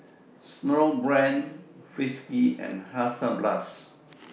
Snowbrand Friskies and Hansaplast